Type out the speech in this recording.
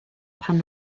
pan